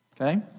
Okay